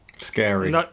Scary